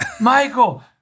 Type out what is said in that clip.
Michael